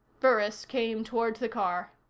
burris came toward the car.